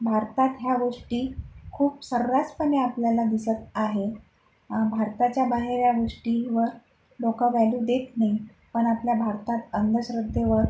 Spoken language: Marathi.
भारतात ह्या गोष्टी खूप सर्रासपने आपल्याला दिसत आहे भारताच्या बाहेर या गोष्टीवर लोकं व्ह्यॅल्यू देत नाही पन आपल्या भारतात अंधश्रद्धेवर